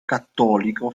cattolico